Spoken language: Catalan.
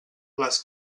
les